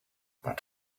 but